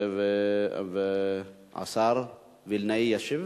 והשר וילנאי ישיב.